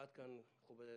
עד כאן, אדוני השר.